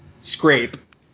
Scrape